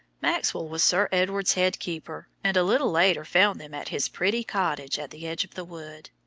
maxwell was sir edward's head game-keeper, and a little later found them at his pretty cottage at the edge of the wood.